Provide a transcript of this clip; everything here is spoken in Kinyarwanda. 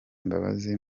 mbabazi